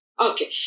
okay